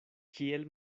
kiel